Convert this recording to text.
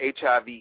HIV